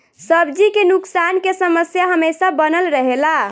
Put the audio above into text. सब्जी के नुकसान के समस्या हमेशा बनल रहेला